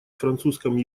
французском